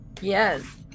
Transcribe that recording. Yes